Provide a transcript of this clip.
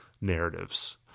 narratives